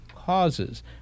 Causes